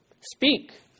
Speak